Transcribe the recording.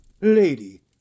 Lady